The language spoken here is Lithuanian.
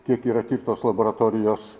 kiek yra tik tos laboratorijos